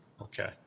Okay